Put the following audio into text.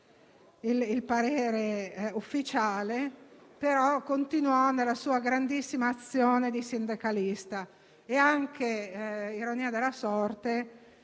il parere ufficiale. Tuttavia, egli continuò nella sua grandissima azione di sindacalista e - ironia della sorte